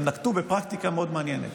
הם נקטו פרקטיקה מאוד מעניינת.